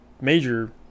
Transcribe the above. major